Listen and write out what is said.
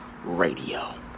radio